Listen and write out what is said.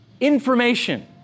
information